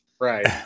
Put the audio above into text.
Right